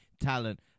talent